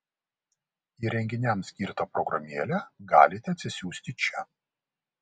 įrenginiams skirtą programėlę galite atsisiųsti čia